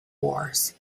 wars